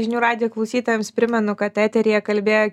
žinių radijo klausytojams primenu kad eteryje kalbėjo